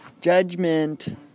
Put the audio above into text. Judgment